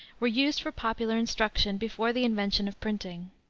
were used for popular instruction before the invention of printing.